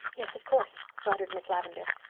yes, of course, fluttered miss lavendar.